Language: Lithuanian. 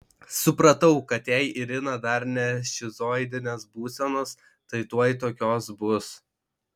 supratau kad jei irina dar ne šizoidinės būsenos tai tuoj tokios bus